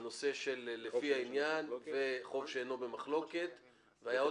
הנושא של "לפי העניין" ו "חוב שאינו במחלוקת" ו "ככל